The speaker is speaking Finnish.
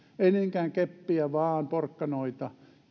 ei niinkään keppiä vaan porkkanoita